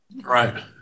Right